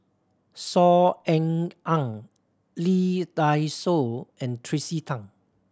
Saw Ean Ang Lee Dai Soh and Tracey Tan